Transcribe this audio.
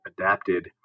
adapted